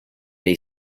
they